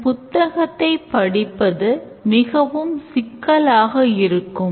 இந்தப் புத்தகத்தை படிப்பது மிகவும் சிக்கலாக இருக்கும்